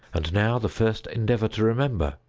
and now the first endeavor to remember.